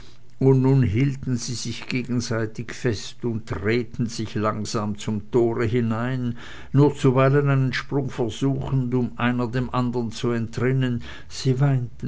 und nun hielten sie sich gegenseitig fest und drehten sich langsam zum tore hinein nur zuweilen einen sprung versuchend um einer dem andern zu entrinnen sie